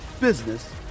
business